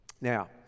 Now